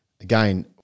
again –